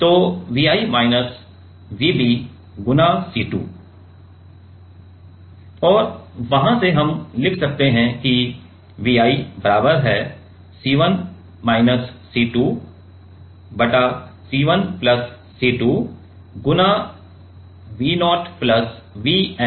तो Vi minus Vb गुणा C2 और वहां से हम लिख सकते हैं कि Vi बराबर है C1 माइनस C2 बटा C1 प्लस C2 गुणा V0 प्लस